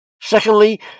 Secondly